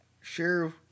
Sheriff